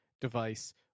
device